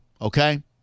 okay